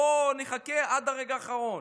בוא נחכה עד הרגע האחרון.